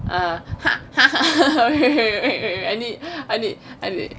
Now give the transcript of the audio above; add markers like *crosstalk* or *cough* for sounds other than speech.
err *laughs* wait wait I need